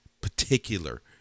particular